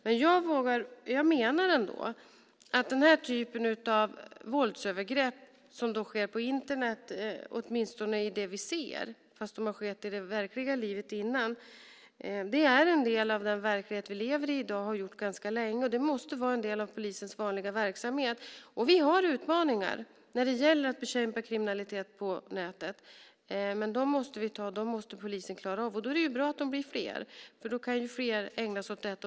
Men jag menar ändå att den här typen av våldsövergrepp som sker på Internet - åtminstone det vi ser, fast de skett i det verkliga livet innan - är en del av den verklighet vi lever i i dag och har gjort ganska länge. Det måste vara en del av polisens vanliga verksamhet. Vi har utmaningar när det gäller att bekämpa kriminalitet på nätet, men dem måste polisen klara av. Då är det bra att de blir fler, då kan fler ägna sig åt detta.